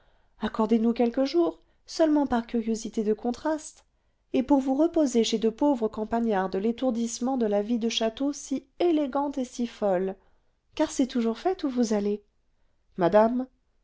accordez nous quelques jours seulement par curiosité de contraste et pour vous reposer chez de pauvres campagnards de l'étourdissement de la vie de château si élégante et si folle car c'est toujours fête où vous allez madame